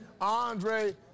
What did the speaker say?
Andre